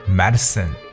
medicine